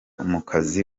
umuziki